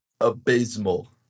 abysmal